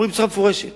אומרים בצורה מפורשת